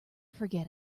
forget